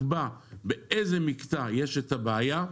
תקבע באיזה מקטע יש את הבעיה,